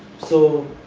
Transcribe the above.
so,